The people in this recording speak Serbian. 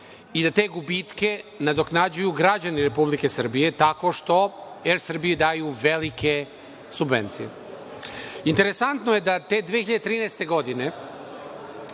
i da te gubitke nadoknađuju građani Republike Srbije tako što Er Srbiji daju velike subvencije. Interesantno je da te 2013. godine